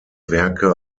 werke